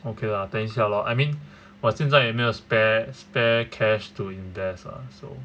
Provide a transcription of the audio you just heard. okay lah 等一下 lor I mean 我现在也没有 spare spare cash to invest ah so